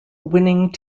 winning